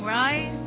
right